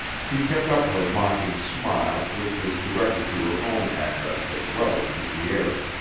she kept up her mocking smile which was directed to her own address as well as to pierre's